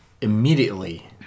immediately